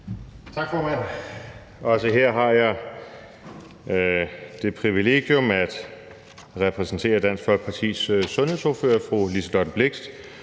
Tak, formand. Også her har jeg det privilegium at repræsentere Dansk Folkepartis sundhedsordfører, fru Liselott Blixt.